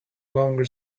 longer